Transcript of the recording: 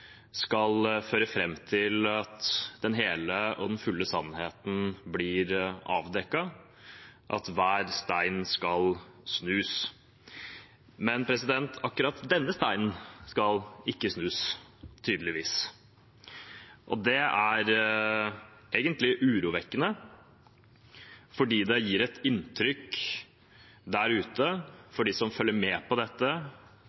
skal føre fram til at den hele og fulle sannheten blir avdekket, at hver stein skal snus. Men akkurat denne steinen skal ikke snus, tydeligvis, og det er egentlig urovekkende, for det gir et inntrykk der ute